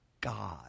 God